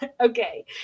Okay